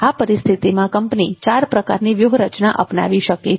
આ પરિસ્થિતિમાં કંપની ચાર પ્રકારની વ્યૂહરચના અપનાવી શકે છે